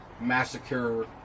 massacre